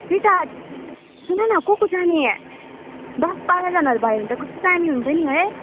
त्यही त सुन न को को जाने दस बाह्रजनाहरू भयो भने त कस्तो दामी हुन्छ नि है